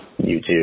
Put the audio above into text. YouTube